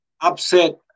upset